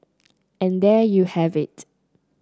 and there you have it